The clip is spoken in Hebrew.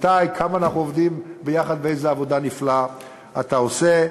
כמה אנחנו עובדים יחד ואיזו עבודה נפלאה אתה עושה,